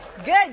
Good